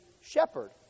shepherd